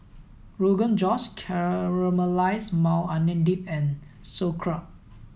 Rogan Josh Caramelized Maui Onion Dip and Sauerkraut